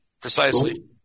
Precisely